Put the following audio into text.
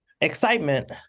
excitement